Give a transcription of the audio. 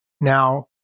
Now